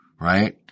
Right